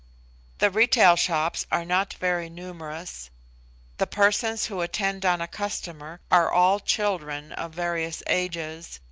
the retail shops are not very numerous the persons who attend on a customer are all children of various ages,